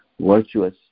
virtuous